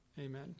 Amen